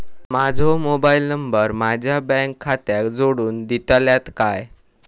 माजो mobile number माझ्या bank खात्याक जोडून दितल्यात काय?